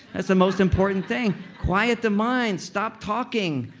that's the most important thing. quiet the mind. stop talking.